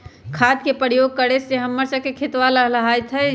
खाद के प्रयोग करे से हम्मर स के खेतवा लहलाईत हई